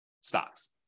stocks